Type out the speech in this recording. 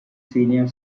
senior